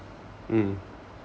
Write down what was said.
mm